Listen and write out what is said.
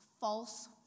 false